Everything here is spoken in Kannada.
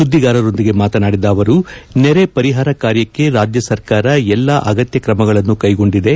ಸುದ್ದಿಗಾರರೊಂದಿಗೆ ಮಾತನಾಡಿದ ಅವರು ನೆರೆ ಪರಿಹಾರ ಕಾರ್ಯಕ್ಕೆ ರಾಜ್ಯ ಸರ್ಕಾರ ಎಲ್ಲಾ ಅಗತ್ಯ ಕ್ರಮಗಳನ್ನು ಕೈಗೊಂಡಿದೆ